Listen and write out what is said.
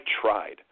tried